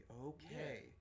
okay